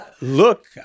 Look